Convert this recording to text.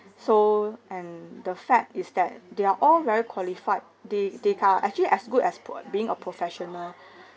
so and the fact is that they are all very qualified they they are actually as good as pr~ uh being a professional